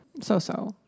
So-so